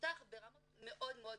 מאובטח ברמות מאוד גבוהות.